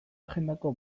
agendako